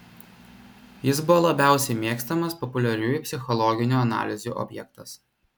jis buvo labiausiai mėgstamas populiariųjų psichologinių analizių objektas